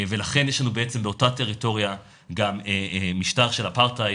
ולכן יש לנו בעצם באותה טריטוריה גם משטר של אפרטהייד